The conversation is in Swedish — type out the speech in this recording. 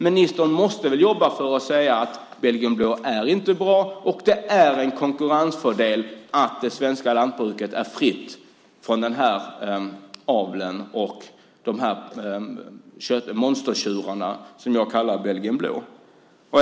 Ministern måste väl jobba för det och säga att belgisk blå inte är bra och att det är en konkurrensfördel att det svenska lantbruket är fritt från den här aveln och de monstertjurar som jag kallar belgisk blå för.